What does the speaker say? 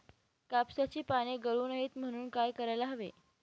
कापसाची पाने गळू नये म्हणून काय करायला हवे?